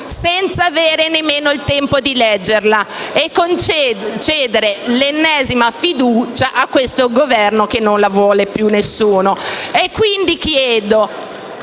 senza avere nemmeno il tempo di leggerla, concedendo l'ennesima fiducia a questo Governo che nessuno vuole più.